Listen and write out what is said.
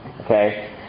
Okay